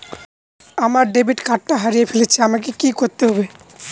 আমার ডেবিট কার্ডটা হারিয়ে ফেলেছি আমাকে কি করতে হবে?